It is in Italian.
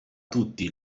tutti